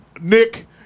Nick